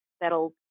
that'll